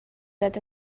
that